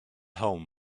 home